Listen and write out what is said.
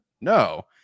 No